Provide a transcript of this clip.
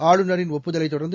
ஆளுநரின் ஒப்புதலைத் தொடர்ந்து